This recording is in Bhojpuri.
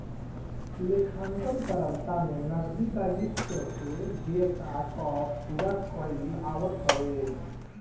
लेखांकन तरलता में नगदी दायित्व के देयता कअ पूरा कईल आवत हवे